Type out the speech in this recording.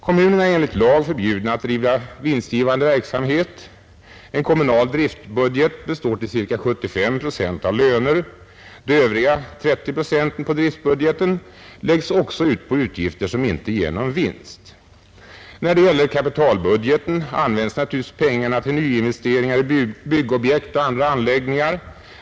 Kommunerna är enligt lag förbjudna att bedriva vinstgivande verksam het. En kommunal driftbudget består till ca 70 procent av löner. De övriga 30 procenten av driftbudgeten läggs också på utgifter som inte ger någon vinst. När det gäller kapitalbudgeten används naturligtvis pengarna till nyinvesteringar i byggobjekt och andra anläggningar.